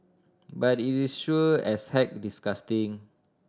but it is sure as heck disgusting